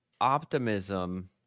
Optimism